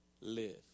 live